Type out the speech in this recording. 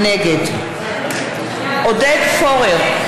נגד עודד פורר,